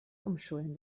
umschulen